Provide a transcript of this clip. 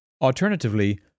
Alternatively